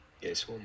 Yes